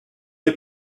est